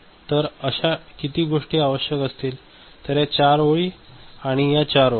तर अशा किती गोष्टी आवश्यक असतील तर या 4 ओळ आणि या 4 ओळ